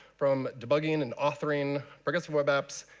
from debugging and authoring, bring up some web apps,